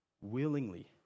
willingly